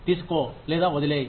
తీసుకో లేదా వదిలేయ్